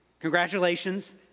Congratulations